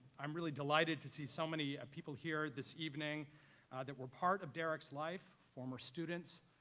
i'm really delighted to see so many people here this evening that were part of derrick's life, former students,